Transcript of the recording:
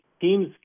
teams